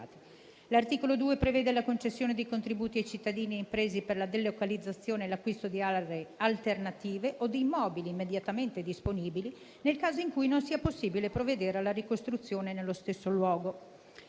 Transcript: L'articolo 2 prevede la concessione di contributi a cittadini e imprese per la delocalizzazione e l'acquisto di aree alternative o di immobili immediatamente disponibili nel caso in cui non sia possibile provvedere alla ricostruzione nello stesso luogo.